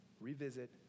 revisit